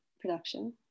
production